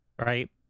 right